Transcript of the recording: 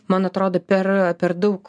man atrodo per per daug